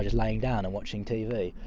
laying down, and watching tv.